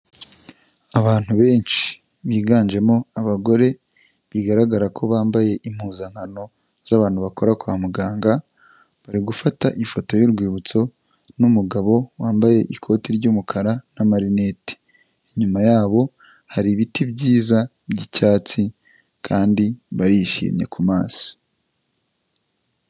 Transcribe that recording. Abantu benshi biganjemo abagore bigaragara ko bambaye impuzankano z'abantu bakora kwa muganga, bari gufata ifoto y'urwibutso n'umugabo wambaye ikote ry'umukara n'amarineti, inyuma yabo hari ibiti byiza by'icyatsi kandi barishimye ku maso.